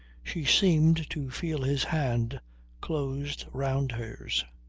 she seemed to feel his hand closed round hers.